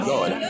God